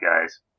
Guys